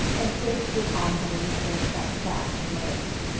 and bids his envoys their success relate.